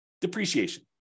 depreciation